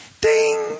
Ding